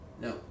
No